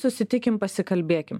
susitikim pasikalbėkim